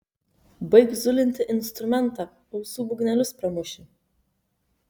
baik zulinti instrumentą ausų būgnelius pramuši